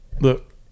Look